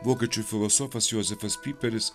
vokiečių filosofas josefas pyperis